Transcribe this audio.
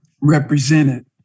represented